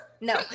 no